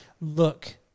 look